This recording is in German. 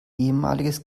ehemaliges